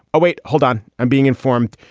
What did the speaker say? ah wait, hold on. i'm being informed.